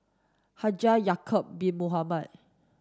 Haji Ya'acob Bin Mohamed